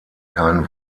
kein